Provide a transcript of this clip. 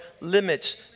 limits